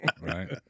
right